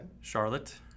Charlotte